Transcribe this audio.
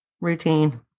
routine